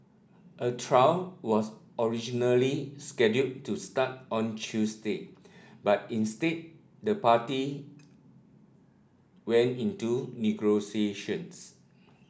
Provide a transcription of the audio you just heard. a trial was originally scheduled to start on Tuesday but instead the parties went into